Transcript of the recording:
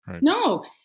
No